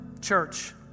church